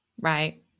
right